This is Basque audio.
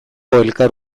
elkar